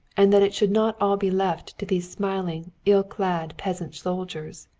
and that it should not all be left to these smiling, ill-clad peasant soldiers.